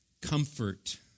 Comfort